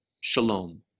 Shalom